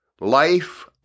life